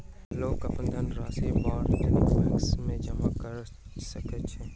लोक अपन धनरशि वाणिज्य बैंक में जमा करा सकै छै